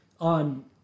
on